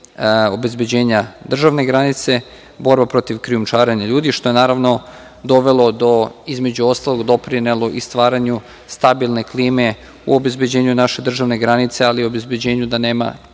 obezbeđenja državne granice, borba protiv krijumčarenja ljudi, što je naravno doprinelo do stvaranja stabilne klime u obezbeđenju naše državne granice, ali obezbeđenju da nema